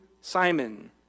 Simon